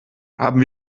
haben